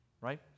Right